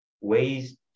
ways